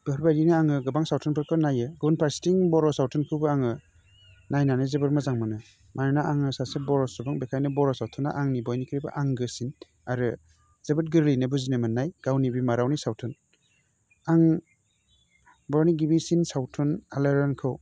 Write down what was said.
बेफोरबादिनो आङो गोबां सावथुनफोरखौ नाइयो गुबुन फारसेथिं बर' सावथुनखौबो आङो नायनानै जोबोर मोजां मोनो मानोना आङो सासे बर' सुबुं बेखायनो बर' सावथुना आंनि बयनिख्रुइबो आंगोसिन आरो जोबोर गोरलैयैनो बुजिनो मोन्नाय गावनि बिमा रावनि सावथुन आं बर'नि गिबिसिन सावथुन आलायार'नखौ